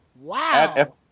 wow